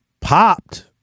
popped